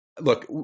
look